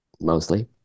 mostly